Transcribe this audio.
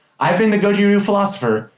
i've been the goju-ryu philosopher,